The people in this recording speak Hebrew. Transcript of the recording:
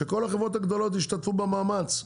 שכל החברות הגדולות ישתתפו במאמץ.